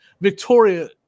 Victoria